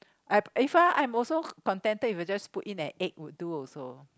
I if I I'm also contented if you just put in an egg would do also